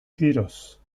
tiroz